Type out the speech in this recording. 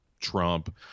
Trump